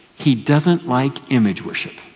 he doesn't like image worship.